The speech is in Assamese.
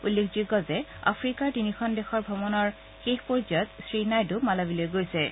উল্লেখযোগ্য যে আফ্ৰিকাৰ তিনিখন দেশৰ ভ্ৰমণৰ শেষ পৰ্যায়ত শ্ৰীনাইডু মালাৰীলৈ গৈছেগৈ